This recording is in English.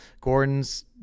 Gordon's